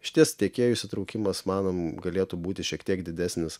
išties tiekėjų įsitraukimas manom galėtų būti šiek tiek didesnis